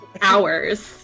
hours